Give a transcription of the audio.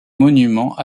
monument